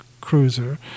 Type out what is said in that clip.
cruiser